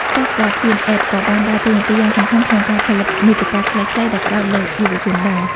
Sastra Film App ក៏បានដើរតួនាទីយ៉ាងសំខាន់ក្នុងការផលិតមាតិកាខ្លីៗដែលផ្តោតលើយុវជនដែរ។